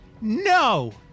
No